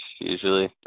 usually